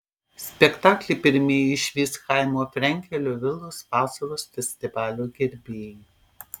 spektaklį pirmieji išvys chaimo frenkelio vilos vasaros festivalio gerbėjai